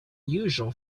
usual